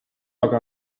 aga